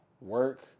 work